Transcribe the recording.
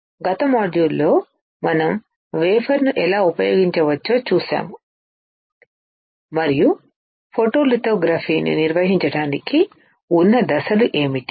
గత మాడ్యూల్లో మనం వేఫర్ ను ఎలా ఉపయోగించవచ్చో చూసాము మరియు ఫోటోలిథోగ్రఫీని నిర్వహించడానికి ఉన్న దశలు ఏమిటి